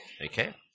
Okay